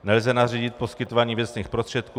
Nelze nařídit poskytování věcných prostředků.